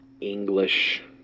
English